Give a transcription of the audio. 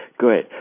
Good